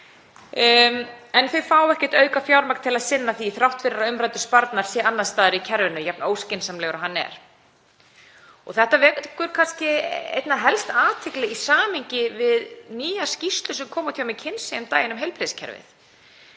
fær ekkert aukafjármagn til að sinna því þrátt fyrir að umræddur sparnaður sé annars staðar í kerfinu, jafn óskynsamlegur og hann er. Þetta vekur kannski einna helst athygli í samhengi við nýja skýrslu sem kom út hjá McKinsey um daginn um heilbrigðiskerfið,